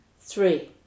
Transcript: three